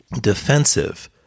defensive